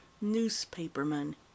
Newspaperman